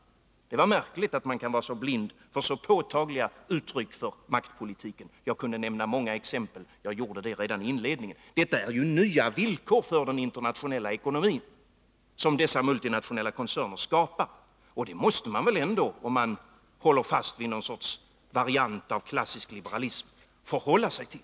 Det är märkligt att man kan vara så blind för så påtagliga uttryck för maktpolitiken. Jag kunde nämna många exempel, och jag gjorde det redan i inledningen av mitt huvudanförande. Det är nya villkor för den internationella ekonomin som dessa multinationella koncerner skapar, och det måste man väl ändå, om man håller fast vid någon sorts variant av klassisk liberalism, ta ställning till.